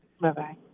Bye-bye